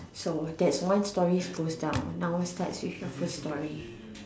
so that's one story goes down now start with your first story